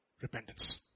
Repentance